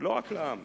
לא רק לעם